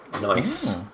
Nice